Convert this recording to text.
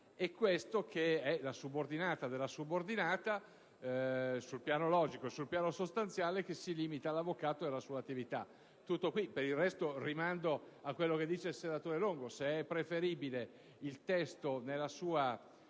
in esame è la subordinata della subordinata sul piano logico e sul piano sostanziale, in quanto si limita all'avvocato e alla sua attività. Per il resto, rimando a quello che dice il senatore Longo: se è preferibile il testo nella sua